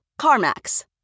CarMax